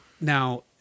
Now